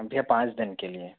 भैया पाँच दिन के लिए